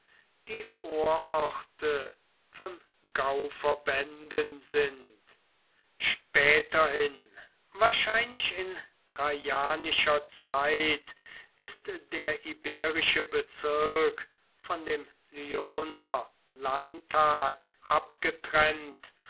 die vororte von gauverbänden sind späterhin wahrscheinlich in traianischer zeit ist der iberische bezirk von dem lyoner landtag abgetrennt